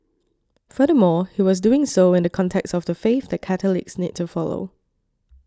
furthermore he was doing so in the context of the faith that Catholics need to follow